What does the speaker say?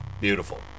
Beautiful